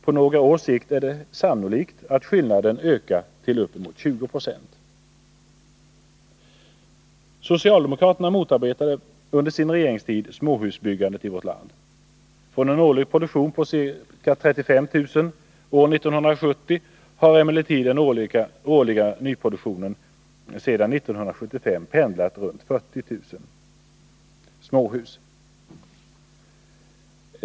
På några års sikt är det sannolikt att skillnaden ökar till upp emot 20 96. Socialdemokraterna motarbetade under sin regeringstid småhusbyggandet i vårt land. Från en årlig produktion av ca 35 000 småhus år 1970 har emellertid den årliga nyproduktionen sedan 1975 pendlat runt 40 000 småhus.